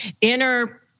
inner